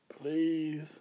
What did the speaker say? please